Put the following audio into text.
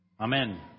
Amen